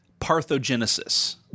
parthogenesis